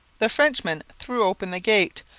the frenchmen threw open the gate,